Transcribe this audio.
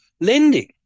lending